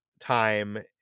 time